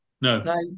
No